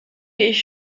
ich